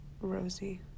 Rosie